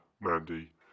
Mandy